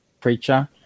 preacher